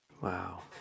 Wow